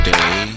Day